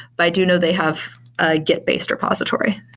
but i do know they have a git-based repository.